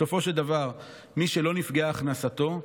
בסופו של דבר מי שלא נפגעה הכנסתו,